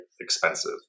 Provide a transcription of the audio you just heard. expensive